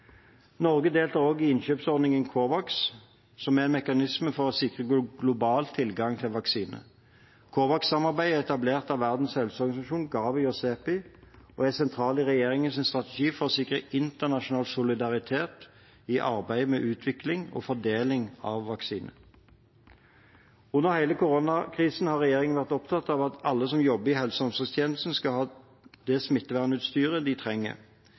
Norge deltar også i innkjøpsordningen Covax, som er en mekanisme for å sikre global tilgang til vaksiner. Covax-samarbeidet er etablert av Verdens helseorganisasjon, Gavi og CEPI, og er sentralt i regjeringens strategi for å sikre internasjonal solidaritet i arbeidet med utvikling og fordeling av vaksiner. Under hele koronakrisen har regjeringen vært opptatt av at alle som jobber i helse- og omsorgstjenesten, skal ha det smittevernutstyret de trenger.